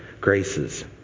graces